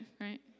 right